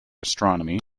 astronomy